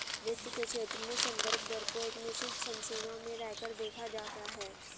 वित्त के क्षेत्र में संदर्भ दर को एक निश्चित समसीमा में रहकर देखा जाता है